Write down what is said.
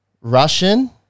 Russian